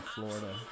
Florida